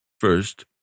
First